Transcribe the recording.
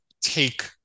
take